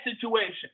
situation